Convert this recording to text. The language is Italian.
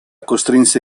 costrinse